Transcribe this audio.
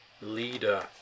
leader